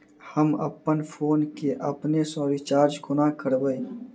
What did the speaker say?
हम अप्पन फोन केँ अपने सँ रिचार्ज कोना करबै?